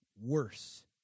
worse